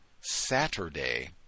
Saturday